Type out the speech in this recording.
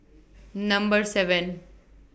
Number seven